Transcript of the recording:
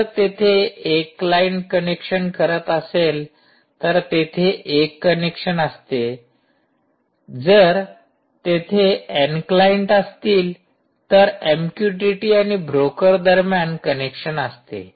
जर तेथे एक क्लाइंट कनेक्शन करत असेल तर तेथे एक कनेक्शन असते जर तेथे एन क्लाइंट असतील तर एमक्यूटीटी आणि ब्रोकर दरम्यान कनेक्शन असते